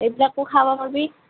এইবিলাকো খাব পাৰিবি